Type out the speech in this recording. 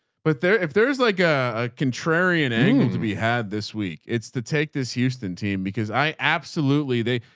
but there, if there's like a contrarian angle to be had this week, it's the take this houston team because i absolutely, they,